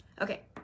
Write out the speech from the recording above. Okay